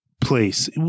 place